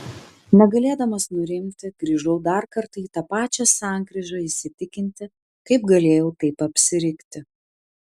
negalėdamas nurimti grįžau dar kartą į tą pačią sankryžą įsitikinti kaip galėjau taip apsirikti